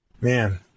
man